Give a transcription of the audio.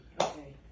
okay